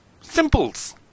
Simples